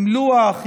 עם לוח,